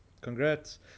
congrats